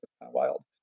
wild